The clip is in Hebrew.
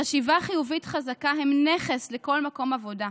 חשיבה חיובית חזקה היא נכס לכל מקום עבודה.